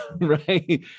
right